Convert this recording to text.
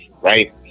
right